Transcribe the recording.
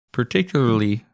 particularly